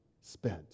spent